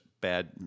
bad